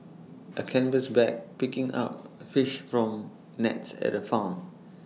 A canvas bag picking up fish from nets at A farm